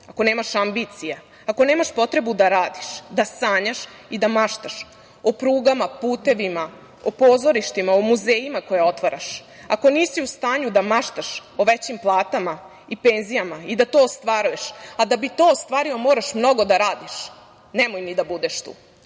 ako nemaš ambicija, ako nemaš potrebu da radiš, da sanjaš i da maštaš o prugama, putevima, o pozorištima, o muzejima koje otvaraš, ako nisi u stanju da maštaš o većim platama i penzijama i da to ostvaruješ, a da bi to ostvario moraš mnogo da radiš, nemoj ni da budeš tu“.